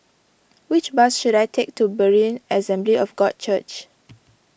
which bus should I take to Berean Assembly of God Church